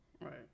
right